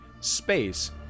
space